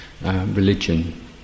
religion